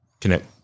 connect